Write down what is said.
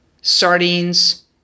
sardines